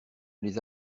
les